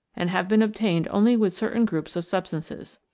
and have been obtained only with certain groups of substances.